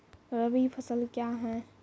रबी फसल क्या हैं?